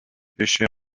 pêchait